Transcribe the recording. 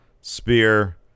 spear